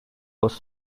was